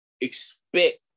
expect